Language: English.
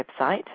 website